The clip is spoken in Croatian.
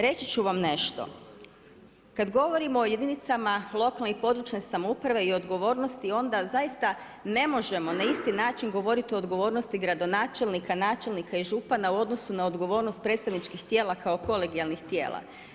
Reći ću vam nešto, kada govorimo o jedinicama lokalne i područne samouprave i odgovornosti onda zaista ne možemo na isti način govoriti o odgovornosti gradonačelnika, načelnika i župana u odnosu na odgovornost predstavničkih tijela kao kolegijalnih tijela.